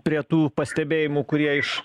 prie tų pastebėjimų kurie iš